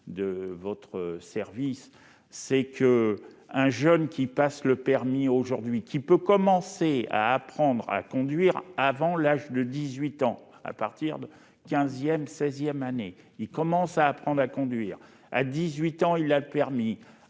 de votre service, c'est qu'un jeune qui passe le permis aujourd'hui qui peut commencer à apprendre à conduire avant l'âge de 18 ans, à partir du 15ème 16ème année, il commence à apprendre à conduire, à 18 ans, il a permis